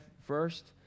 first